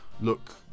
look